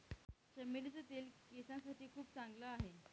चमेलीचे तेल केसांसाठी खूप चांगला आहे